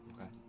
Okay